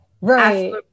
Right